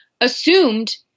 assumed